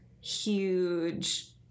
huge